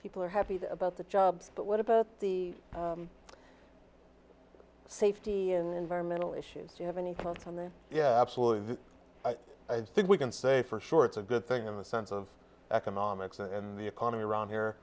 people are happy that about the jobs but what about the safety and environmental issues do you have any company yeah absolutely i think we can say for sure it's a good thing in the sense of economics and the economy around here